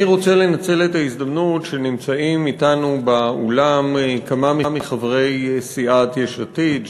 אני רוצה לנצל את ההזדמנות שנמצאים אתנו באולם כמה מחברי סיעת יש עתיד,